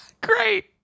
Great